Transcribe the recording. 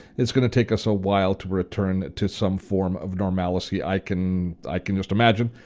it's gonna take us a while to return to some form of normalcy i can i can just imagine,